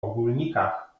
ogólnikach